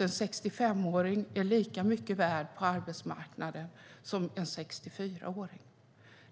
En 65-åring är lika mycket värd på arbetsmarknaden som en 64-åring.